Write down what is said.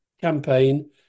campaign